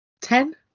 Ten